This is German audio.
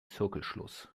zirkelschluss